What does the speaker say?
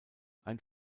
ein